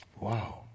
Wow